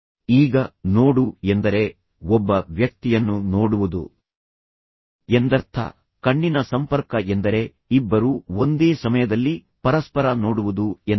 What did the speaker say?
ಈಗ ನೋಡು ಎಂದರೆ ಒಬ್ಬ ವ್ಯಕ್ತಿಯನ್ನು ನೋಡುವುದು ಎಂದರ್ಥ ಕಣ್ಣಿನ ಸಂಪರ್ಕ ಎಂದರೆ ಇಬ್ಬರೂ ಒಂದೇ ಸಮಯದಲ್ಲಿ ಪರಸ್ಪರ ನೋಡುವುದು ಎಂದರ್ಥ